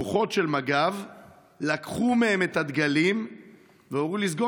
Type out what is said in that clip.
כוחות של מג"ב לקחו מהם את הדגלים והורו לסגור